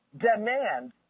Demand